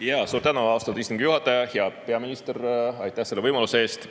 üks? Suur tänu, austatud istungi juhataja! Hea peaminister, aitäh selle võimaluse eest!